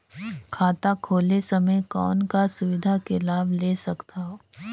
खाता खोले समय कौन का सुविधा के लाभ ले सकथव?